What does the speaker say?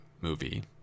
movie